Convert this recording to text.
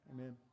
Amen